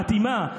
מתאימה,